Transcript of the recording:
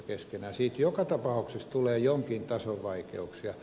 siitä joka tapauksessa tulee jonkin tason vaikeuksia